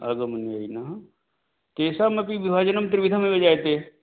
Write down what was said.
आगमानुयायिनः तेषामपि विभजनं त्रिविधमेव जायते